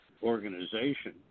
organization